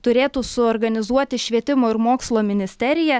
turėtų suorganizuoti švietimo ir mokslo ministerija